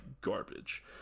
garbage